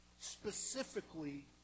specifically